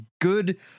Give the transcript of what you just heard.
good